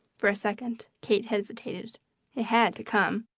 for a second kate hesitated. it had to come,